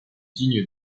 digne